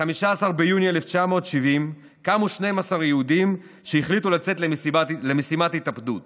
ב-15 ביוני 1970 קמו 12 יהודים שהחליטו לצאת למשימת התאבדות